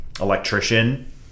electrician